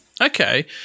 Okay